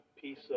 piece